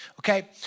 okay